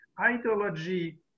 Ideology